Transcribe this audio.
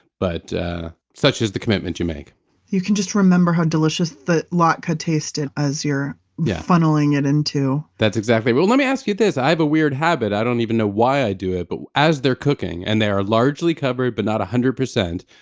but such is the commitment you make you can just remember how delicious the latke tasted as you're yeah funneling it and into that's exactly. well, let me ask you this. i have a weird habit. i don't even know why i do it, but as they're cooking, and they are largely covered, but not one hundred percent.